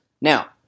Now